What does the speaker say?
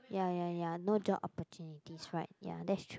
ya ya ya no job opportunities right ya that's true